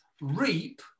reap